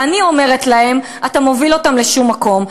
ואני אומרת להם: אתה מוביל אותם לשום מקום.